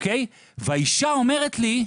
והאישה אומרת לי,